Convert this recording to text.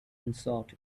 unsought